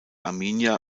arminia